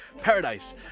Paradise